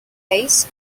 face